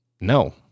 no